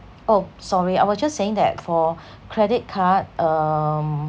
oh sorry I was just saying that for credit card um